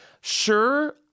sure